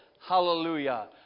hallelujah